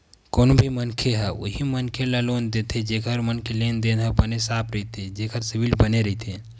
कोनो भी मनखे ह उही मनखे ल लोन देथे जेखर मन के लेन देन ह बने साफ रहिथे जेखर सिविल बने रहिथे